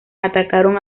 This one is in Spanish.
atacaron